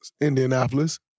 Indianapolis